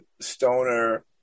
stoner